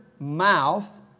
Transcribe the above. Mouth